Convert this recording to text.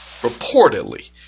reportedly